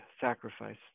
sacrifice